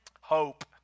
Hope